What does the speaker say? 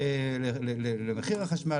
למחיר החשמל,